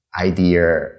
idea